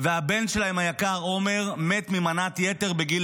והבן שלהם היקר עומר מת ממנת יתר בגיל